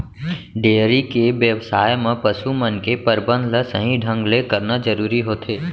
dairy के बेवसाय म पसु मन के परबंध ल सही ढंग ले करना जरूरी होथे